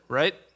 right